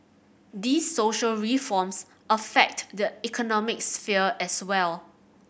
these social reforms affect the economic sphere as well